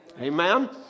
Amen